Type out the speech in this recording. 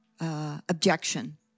objection